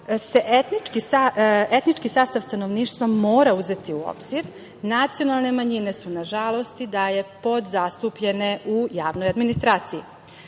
etnički sastav stanovništva mora uzeti u obzir. Nacionalne manjine su, nažalost da je podzastupljene u javnoj administraciji. Na